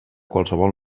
qualsevol